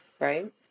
Right